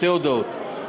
שתי הודעות.